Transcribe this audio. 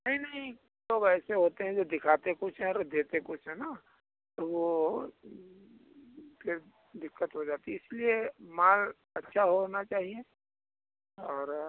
नहीं नहीं लोग ऐसे होते हैं जो दिखाते कुछ यहीं और देते कुछ हैं न तो वो फिर दिक्कत हो जाती है इसलिए माल अच्छा होना चाहिये और